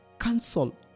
Cancel